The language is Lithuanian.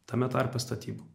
tame tarpe statybų